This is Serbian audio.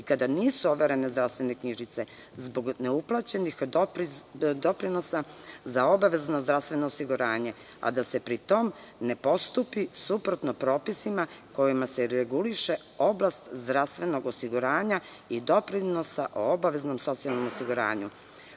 i kada nisu overene zdravstvene knjižice, zbog neuplaćenih doprinosa za obavezno zdravstveno osiguranje, a da se pri tom ne postupi suprotno propisima kojima se reguliše oblast zdravstvenog osiguranja i doprinosa o obaveznom socijalnom osiguranju. Posebno